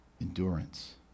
endurance